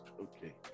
Okay